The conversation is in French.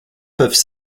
peuvent